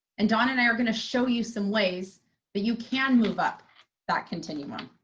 and dawn and i are going to show you some ways that you can move up that continuum.